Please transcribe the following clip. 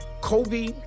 Kobe